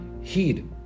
heed